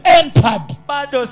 entered